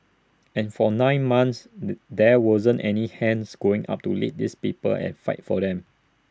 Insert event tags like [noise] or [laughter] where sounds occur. and for nine months [hesitation] there wasn't any hands going up to lead these people and fight for them